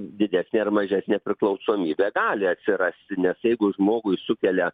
didesnė ar mažesnė priklausomybė gali atsirasti nes jeigu žmogui sukelia